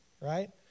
Right